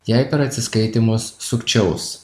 jei per atsiskaitymus sukčiaus